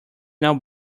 now